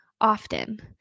often